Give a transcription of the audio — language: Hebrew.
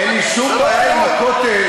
אין לי שום בעיה עם הכותל,